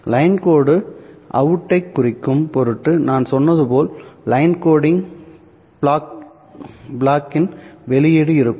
line கோடு அவுட்டைக் குறிக்கும் பொருட்டு நான் சொன்னது போல் லைன் கோடிங் பிளாக்யின் வெளியீடு இருக்கும்